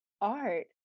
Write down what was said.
art